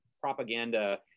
propaganda